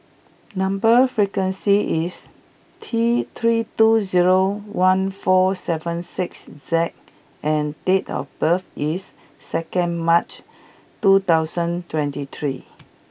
number sequence is T three two zero one four seven six Z and date of birth is second March two thousand twenty three